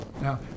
Now